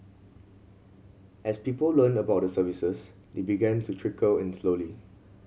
as people learnt about the services they began to trickle in slowly